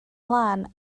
lân